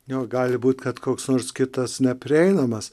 nu gali būt kad koks nors kitas neprieinamas